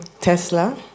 Tesla